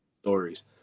stories